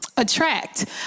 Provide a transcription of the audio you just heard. attract